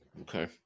Okay